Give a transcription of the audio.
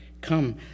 come